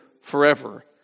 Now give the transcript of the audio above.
forever